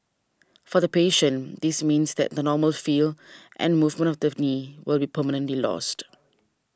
for the patient this means that the normal feel and movement of the knee will be permanently lost